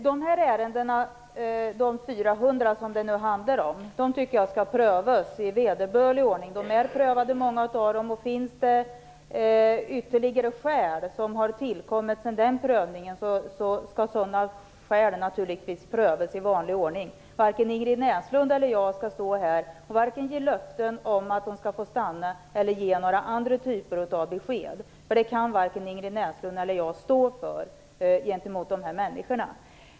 Herr talman! Jag tycker att de 400 ärenden som det handlar om skall prövas i vederbörlig ordning. Många av dem är prövade. Har det tillkommit ytterligare skäl sedan den prövningen skall de skälen naturligtvis prövas i vanlig ordning. Varken Ingrid Näslund eller jag skall ge löften om att eritreanerna skall få stanna eller några andra typer av besked. Det kan varken Ingrid Näslund eller jag stå för gentemot dessa människor.